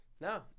No